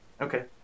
Okay